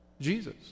Jesus